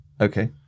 okay